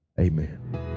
Amen